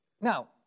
Now